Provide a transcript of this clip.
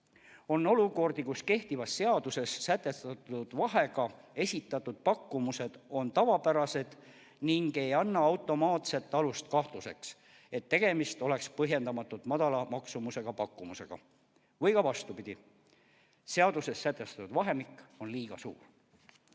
On olukordi, kus kehtivas seaduses sätestatud vahega esitatud pakkumused on tavapärased ning ei anna automaatselt alust kahtluseks, et tegemist oleks põhjendamatult odava pakkumusega või ka vastupidi. Seaduses sätestatud vahemik on liiga suur.